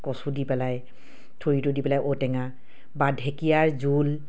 কচু দি পেলাই থুৰিটো দি পেলাই ঔটেঙা বা ঢেকীয়াৰ জোল